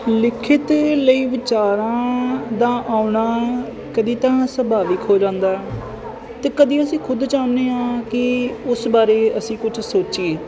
ਲਿਖਤ ਲਈ ਵਿਚਾਰਾਂ ਦਾ ਆਉਣਾ ਕਦੇ ਤਾਂ ਸੁਭਾਵਿਕ ਹੋ ਜਾਂਦਾ ਅਤੇ ਕਦੇ ਅਸੀਂ ਖੁਦ ਚਾਹੁੰਦੇ ਹਾਂ ਕਿ ਉਸ ਬਾਰੇ ਅਸੀਂ ਕੁਛ ਸੋਚੀਏ